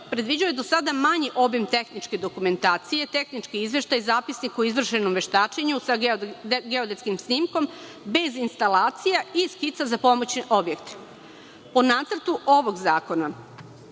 predviđao je do sada manji obim tehničke dokumentacije, tehnički izveštaj, zapisnik o izvršenom veštačenju sa geodetskim snimkom, bez instalacija i skica za pomoćne objekte. Po nacrtu ovog zakona